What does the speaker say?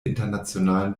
internationalen